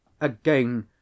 Again